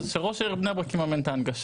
וזאת אמת אז שראש העיר בני ברק יממן את ההנגשה.